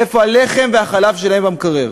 איפה הלחם והחלב שלהם במקרר.